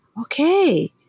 Okay